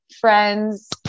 friends